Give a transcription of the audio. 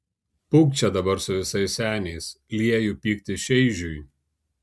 pūk čia dabar su visais seniais lieju pyktį šeižiui